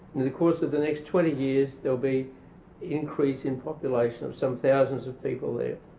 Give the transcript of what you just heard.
in the course of the next twenty years there'll be increase in population of some thousands of people there.